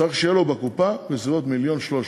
צריך שיהיו לו בקופה בסביבות 1.3 מיליון.